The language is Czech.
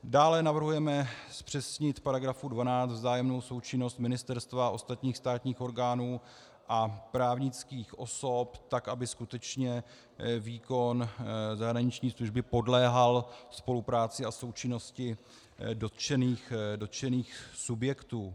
Dále navrhujeme zpřesnit v § 12 vzájemnou součinnost ministerstva a ostatních státních orgánů a právnických osob tak, aby skutečně výkon zahraniční služby podléhal spolupráci a součinnosti dotčených subjektů.